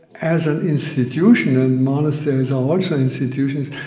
as an institution, and monasteries are also institutions,